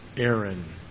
Aaron